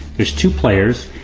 there's two players,